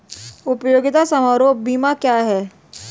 उपयोगिता समारोह बीमा क्या है?